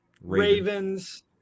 Ravens